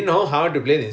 oh K K